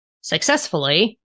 successfully